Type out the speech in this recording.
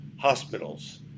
hospitals